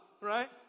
right